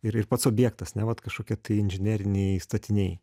ir ir pats objektas neva kažkokie tai inžineriniai statiniai